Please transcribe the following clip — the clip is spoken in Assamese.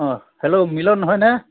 অঁ হেল্ল' মিলন হয়নে